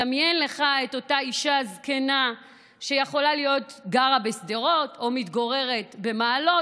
דמיין לך את אותה אישה זקנה שיכולה לגור בשדרות או מתגוררת במעלות